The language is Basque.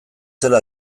zela